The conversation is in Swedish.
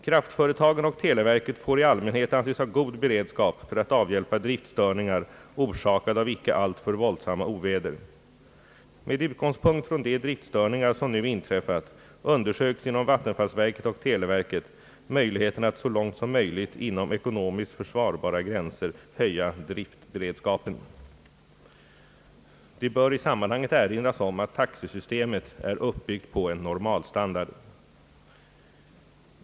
Kraftföretagen och televerket får i allmänhet anses ha god beredskap för att avhjälpa driftstörningar orsakade av icke alltför våldsamma oväder, Med utgångspunkt från de driftstörningar som nu inträffat undersöks inom vattenfallsverket och televerket möjligheten att så långt som möjligt inom ekonomiskt försvarbara gränser höja driftberedskapen. Det bör i sammanhanget erinras om att taxesystemet är uppbyggt på en normalstandard.